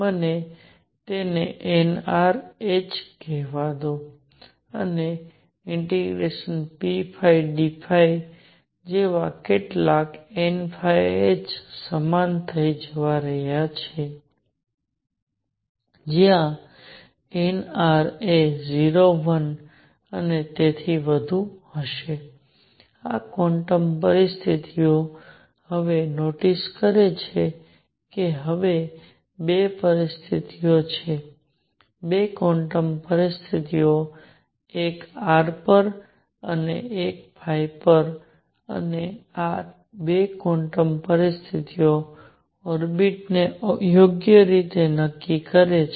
મને તેને nr h કહેવા દો અને ∫pdϕ જેવા કેટલાક nh સમાન થવા જઈ રહ્યાં છે જ્યાં nr એ 0 1 અને તેથી વધુ હશે આ ક્વોન્ટમ પરિસ્થિતિઓ હવે નોટિસ કરે છે કે હવે 2 પરિસ્થિતિઓ છે 2 ક્વોન્ટમ પરિસ્થિતિઓ એક r પર અને 1 પર અને આ 2 ક્વોન્ટમ પરિસ્થિતિઓ ઓર્બિટ્સ ને યોગ્ય રીતે નક્કી કરે છે